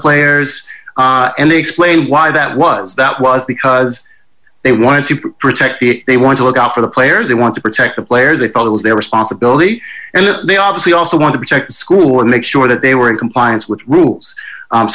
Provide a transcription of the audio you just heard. players and explain why that was that was because they wanted to protect the they want to look out for the players they want to protect the players they called it was their responsibility and that they obviously also want to protect school and make sure that they were in compliance with rules